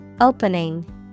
Opening